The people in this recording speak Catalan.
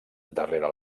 darrere